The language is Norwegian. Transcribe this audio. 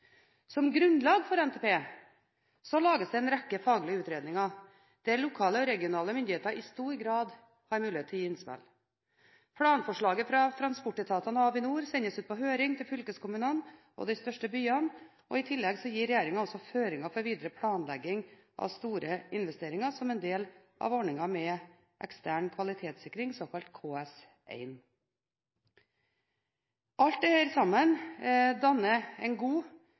Som grunnlag for NTP lages det en rekke faglige utredninger, der lokale og regionale myndigheter i stor grad har mulighet til å gi innspill. Planforslaget fra transportetatene og Avinor sendes ut på høring til fylkeskommunene og de største byene, og i tillegg gir regjeringen også føringer for videre planlegging av store investeringer som en del av ordningen med ekstern kvalitetssikring, såkalt KS1. Alt dette danner sammen en god